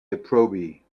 proby